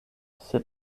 sed